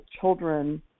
children